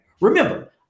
Remember